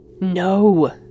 No